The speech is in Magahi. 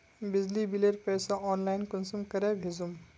बिजली बिलेर पैसा ऑनलाइन कुंसम करे भेजुम?